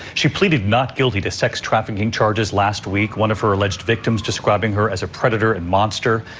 she pleaded not guilty to sex-trafficking charges last week, one of her alleged victims describing her as a predator and monster.